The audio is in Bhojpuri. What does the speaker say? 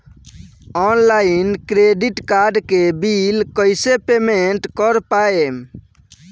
ऑनलाइन क्रेडिट कार्ड के बिल कइसे पेमेंट कर पाएम?